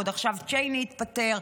ועוד עכשיו צ'ייני התפטר.